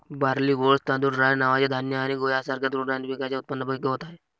barley, oats, तांदूळ, rye नावाचे धान्य आणि गहू यांसारख्या तृणधान्य पिकांच्या उत्पादनापैकी गवत आहे